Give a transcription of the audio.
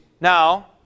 Now